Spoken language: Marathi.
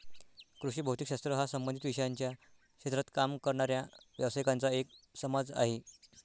कृषी भौतिक शास्त्र हा संबंधित विषयांच्या क्षेत्रात काम करणाऱ्या व्यावसायिकांचा एक समाज आहे